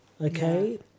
Okay